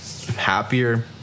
happier